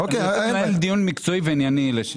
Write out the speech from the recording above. לנהל דיון מקצועי וענייני.